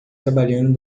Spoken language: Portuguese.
trabalhando